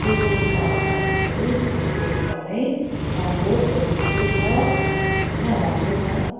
त्यो प्रवधानलाई चाहिँ म चाहिँ एकदमै राम्रो पोजेटिभै छ होइन राम्रै छ